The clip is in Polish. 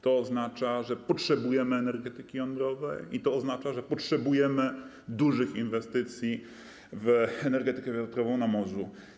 To oznacza, że potrzebujemy energetyki jądrowej, i to oznacza, że potrzebujemy dużych inwestycji w energetykę wiatrową na morzu.